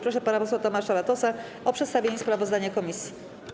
Proszę pana posła Tomasza Latosa o przedstawienie sprawozdania komisji.